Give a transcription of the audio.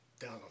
down